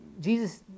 Jesus